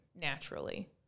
naturally